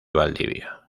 valdivia